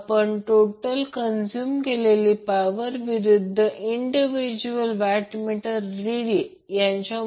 जर load 208V लाईनला जोडलेला असेल तर W1 आणि W2 च्या रीडिंगचा अंदाज लावा PT आणि Q T देखील शोधा